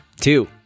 Two